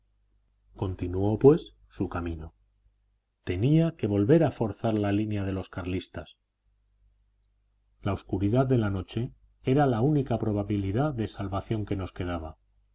continuó pues su camino tenía que volver a forzar la línea de los carlistas la oscuridad de la noche era la única probabilidad de salvación que nos quedaba